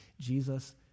Jesus